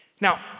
Now